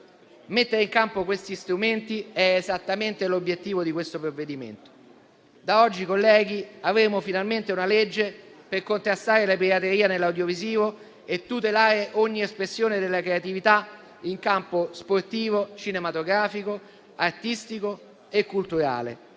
Mettere in campo questi strumenti è esattamente l'obiettivo di questo provvedimento. Da oggi, colleghi, avremo finalmente una legge per contrastare la pirateria nell'audiovisivo e tutelare ogni espressione della creatività in campo sportivo, cinematografico, artistico e culturale.